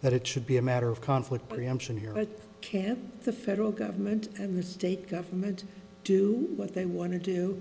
that it should be a matter of conflict preemption here but can the federal government and the state government do what they want to do